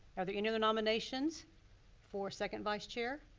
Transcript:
are there any other nominations for second vice chair?